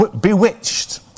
bewitched